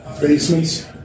basements